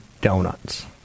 donuts